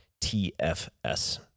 TFS